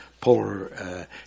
polar